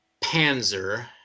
Panzer